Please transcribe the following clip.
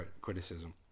criticism